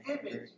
image